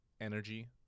energy